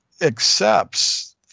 accepts